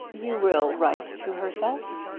you will write to herself?